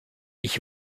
ich